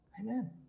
Amen